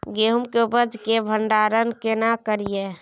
गेहूं के उपज के भंडारन केना करियै?